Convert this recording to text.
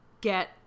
get